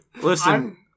Listen